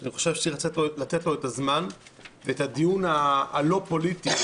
ואני חושב שצריך לתת לו את הזמן ואת הדיון הלא פוליטי,